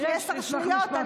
יש לי עשר שניות.